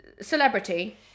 Celebrity